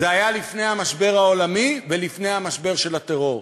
זה היה לפני המשבר העולמי ולפני המשבר של הטרור.